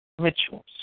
Rituals